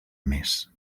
més